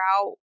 out